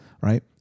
right